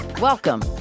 Welcome